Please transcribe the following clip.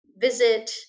visit